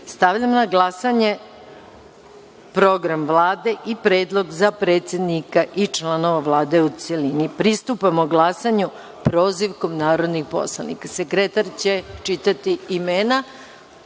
na glasanje Program Vlade i predlog za predsednika i članova Vlade, u celini. Pristupamo glasanju prozivkom narodnih poslanika. Sekretar će čitati imena,